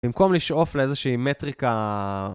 במקום לשאוף לאיזושהי מטריקה...